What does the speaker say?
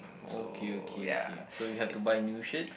okay okay okay so you have to buy new shirts